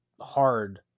hard